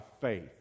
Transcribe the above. faith